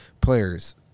players